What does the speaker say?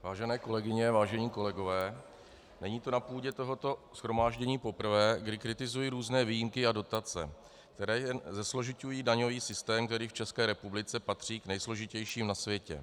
Vážené kolegyně, vážení kolegové, není to na půdě tohoto shromáždění poprvé, kdy kritizuji různé výjimky a dotace, které jen zesložiťují daňový systém, který v České republice patří k nejsložitějším na světě.